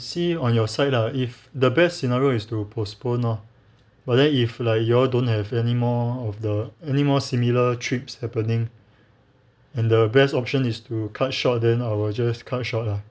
see on your side lah if the best scenario is to postpone loh but then if like you all don't have anymore of the anymore similar trips happening and the best option is to cut short then I will just cut short lah